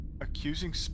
accusing